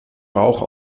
rauch